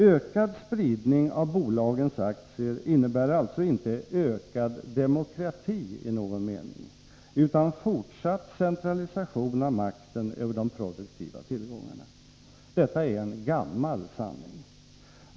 Ökad spridning av bolagens aktier innebär alltså inte ”ökad demokrati” i någon mening, utan fortsatt centralisation av makten över de produktiva tillgångarna. Detta är en gammal sanning.